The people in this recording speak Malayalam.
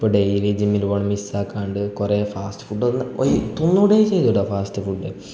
ഇപ്പോൾ ഡെയിലി ജിമ്മിൽ പോകണം മിസ്സാക്കാണ്ട് കുറെ ഫാസ്റ്റ് ഫുഡ്ഡൊന്നു ഒയി തൊന്നൂടെ ചെയ്തുടാ ഫാസ്റ്റ് ഫുഡ്ഡ്